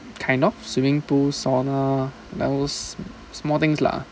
kind of swimming pools sauna like those small things lah